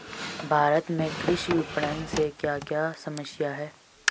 भारत में कृषि विपणन से क्या क्या समस्या हैं?